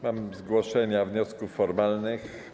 Mam zgłoszenia wniosków formalnych.